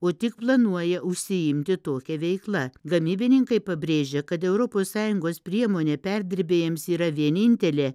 o tik planuoja užsiimti tokia veikla gamybininkai pabrėžia kad europos sąjungos priemonė perdirbėjams yra vienintelė